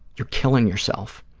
you're killing yourself,